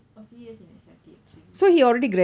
a few years in S_I_T actually